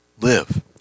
live